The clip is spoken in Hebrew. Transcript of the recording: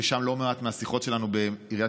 ושם לא מעט מהשיחות שלנו בעיריית